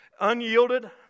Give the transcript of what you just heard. Unyielded